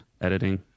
Editing